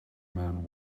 man